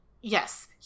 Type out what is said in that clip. Yes